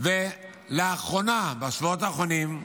לאחרונה, בשבועות האחרונים,